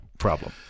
Problem